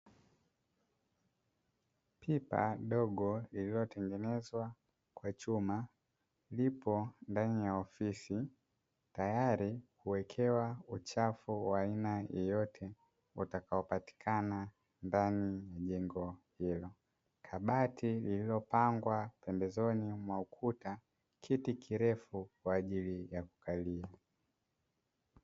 Pipa dogo lililotengenezwa kwa chuma lipo ndani ya ofisi tayari kuwekewa uchafu wa aina yoyote utakaopatikana ndani ya jengo hilo, kabati lililopangwa pembezoni ya ukuta, kiti kirefu kwa ajili ya kukalia.